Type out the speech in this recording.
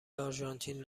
آرژانتین